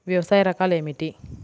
వ్యవసాయ రకాలు ఏమిటి?